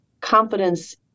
confidence